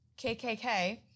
KKK